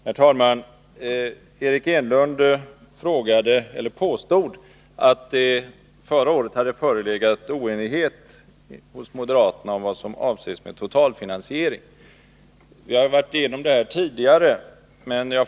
Herr talman! Eric Enlund påstod att det förra året hade förelegat oenighet hos moderaterna om vad som avses med totalfinansiering. Vi har gått igenom detta tidigare, Eric Enlund och jag.